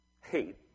hate